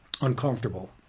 uncomfortable